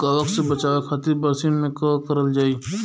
कवक से बचावे खातिन बरसीन मे का करल जाई?